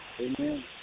Amen